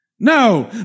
No